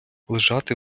лежати